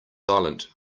silent